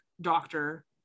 doctor